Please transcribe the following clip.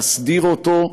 להסדיר אותו,